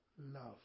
Love